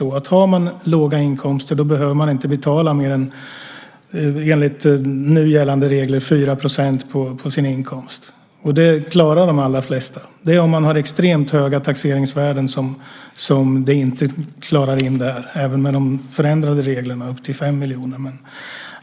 Har man låga inkomster behöver man enligt nu gällande regler inte betala mer än 4 % av sin inkomst. Det klarar de allra flesta. Det är om man har extremt höga taxeringsvärden som man inte klarar det, även med de förändrade reglerna med upp till 5 miljoner.